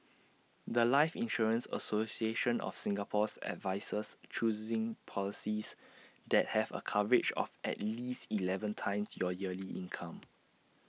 The Life insurance association of Singapore's advises choosing policies that have A coverage of at least Eleven times your yearly income